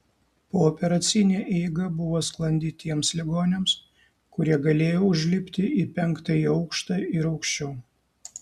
pooperacinė eiga buvo sklandi tiems ligoniams kurie galėjo užlipti į penktąjį aukštą ir aukščiau